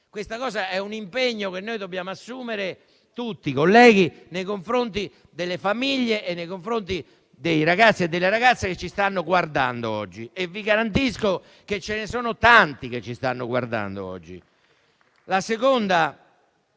questo è un impegno che dobbiamo assumere tutti, colleghi, nei confronti delle famiglie, dei ragazzi e delle ragazze che ci stanno guardando oggi, e vi garantisco che sono tanti quelli che ci stanno guardando oggi.